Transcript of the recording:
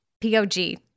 P-O-G